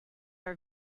are